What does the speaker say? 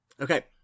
Okay